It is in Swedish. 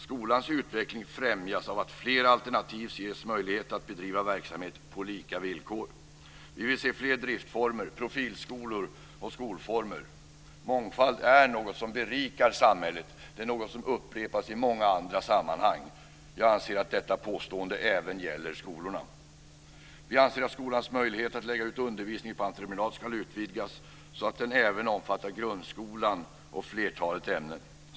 Skolans utveckling främjas av att fler alternativ ges möjligheter att bedriva verksamhet på lika villkor. Vi vill se fler driftsformer, profilskolor och skolformer. Mångfald är något som berikar samhället. Det är något som upprepas i många andra sammanhang. Jag anser att detta påstående även gäller skolorna. Vi anser att skolornas möjlighet att lägga ut undervisning på entreprenad ska utvidgas så att den även omfattar grundskolan och flertalet ämnen.